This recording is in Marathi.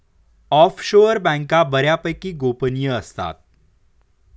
ऑफशोअर बँका बऱ्यापैकी गोपनीय असतात